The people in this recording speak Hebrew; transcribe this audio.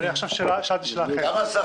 אני עכשיו שאלתי שאלה אחרת.